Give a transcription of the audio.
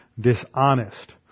dishonest